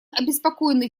обеспокоены